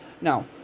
Now